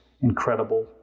incredible